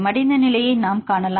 மடிந்த நிலையை நாம் காணலாம்